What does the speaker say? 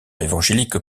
évangélique